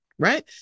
Right